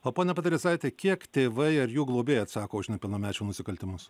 o ponia padresaite kiek tėvai ar jų globėjai atsako už nepilnamečių nusikaltimus